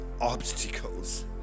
obstacles